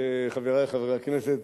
חברי חברי הכנסת,